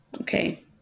okay